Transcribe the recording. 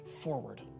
forward